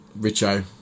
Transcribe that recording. Richo